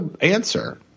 answer